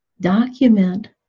Document